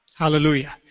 Hallelujah